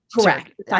correct